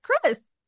Chris